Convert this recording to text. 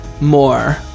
more